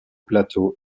plateaux